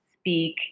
speak